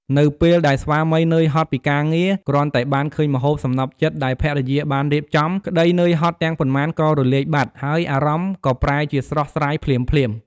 នៅពេលដែលស្វាមីនឿយហត់ពីការងារ គ្រាន់តែបានឃើញម្ហូបសំណព្វចិត្តដែលភរិយាបានរៀបចំ ក្តីនឿយហត់ទាំងប៉ុន្មានក៏រលាយបាត់ ហើយអារម្មណ៍ក៏ប្រែជាស្រស់ស្រាយភ្លាមៗ។